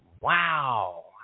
Wow